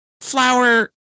flower